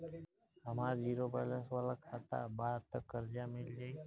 हमार zero balance वाला खाता बा त कर्जा मिल जायी?